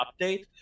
update